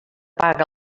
paga